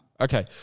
Okay